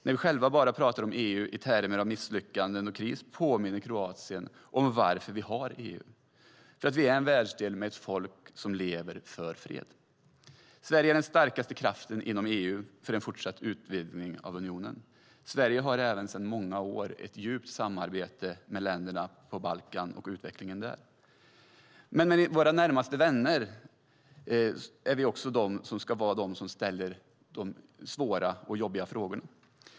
När vi själva bara pratar om EU i termer av misslyckanden och kris påminner Kroatien oss om varför vi har EU: för att vi är en världsdel med ett folk som lever för fred. Sverige är den starkaste kraften inom EU för en fortsatt utvidgning av unionen. Sverige har även sedan många år ett djupgående samarbete med länderna på Balkan för utvecklingen där. Som närmaste vänner ska vi också ställa de svåra och jobbiga frågorna.